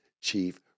chief